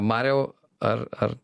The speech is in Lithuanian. mariau ar ar